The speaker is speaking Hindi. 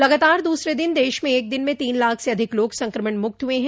लगातार दूसरे दिन देश में एक दिन में तीन लाख से अधिक लोग संक्रमण मुक्त हुए हैं